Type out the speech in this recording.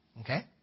Okay